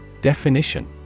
Definition